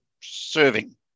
serving